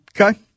Okay